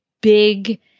big